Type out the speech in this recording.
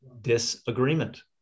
disagreement